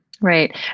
Right